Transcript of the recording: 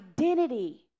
identity